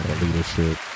leadership